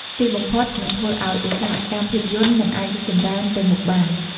ទីបំផុតនឹងធ្វើឱ្យឧស្សាហកម្មភាពយន្តមិនអាចរីកចម្រើនទៅមុខបាន។